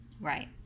Right